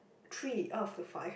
three out of the five